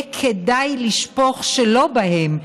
שיהיה כדאי לשפוך שלא בהם,